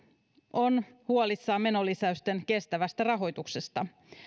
on huolissaan menolisäysten kestävästä rahoituksesta